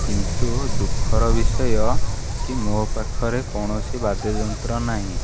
କିନ୍ତୁ ଦୁଃଖର ବିଷୟ କି ମୋ ପାଖରେ କୌଣସି ବାଦ୍ୟଯନ୍ତ୍ର ନାହିଁ